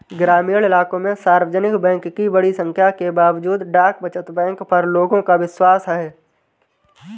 ग्रामीण इलाकों में सार्वजनिक बैंक की बड़ी संख्या के बावजूद डाक बचत बैंक पर लोगों का विश्वास है